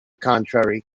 contrary